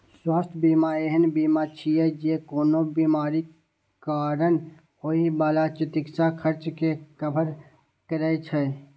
स्वास्थ्य बीमा एहन बीमा छियै, जे कोनो बीमारीक कारण होइ बला चिकित्सा खर्च कें कवर करै छै